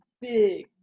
Big